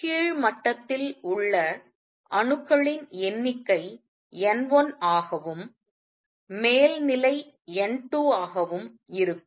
மேலும் கீழ் மட்டத்தில் உள்ள அணுக்களின் எண்ணிக்கை N1 ஆகவும் மேல் நிலை N2 ஆகவும் இருக்கும்